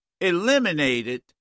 eliminated